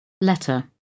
letter